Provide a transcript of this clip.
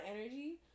energy